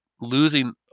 losing